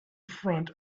front